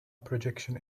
projection